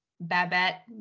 Babette